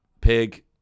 pig